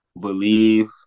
believe